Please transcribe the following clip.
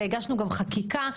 והגשנו גם חקיקה.